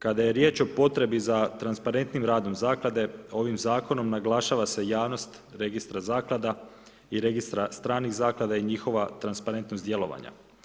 Kada je riječ o potrebi za transparentnim radom zaklade, ovim zakonom, naglašava se javnost registra zaklada i registra stranih zaklada i njihova transparentnost djelovanja.